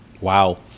Wow